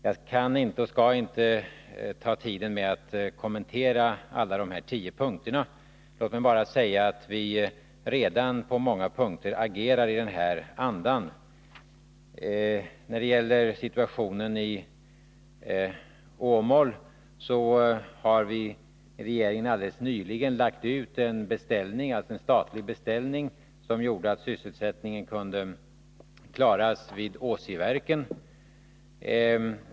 Jag kan och skall inte ta tid i anspråk med att kommentera alla de tio punkterna. Låt mig bara säga att vi redan på många punkter agerar i den anda Hilding Johansson efterlyser. När det gäller situationen i Amål har regeringen alldeles nyligen lagt ut en statlig beställning som gjorde att sysselsättningen kunde klaras vid Åsiverken.